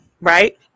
right